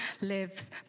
lives